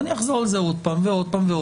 ואני אחזור על זה עוד פעם ועוד פעם,